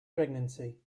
pregnancy